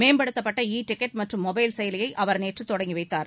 மேம்படுத்தப்பட்ட e ticket மற்றும் mobile செயலியை அவர் நேற்று தொடங்கி வைத்தார்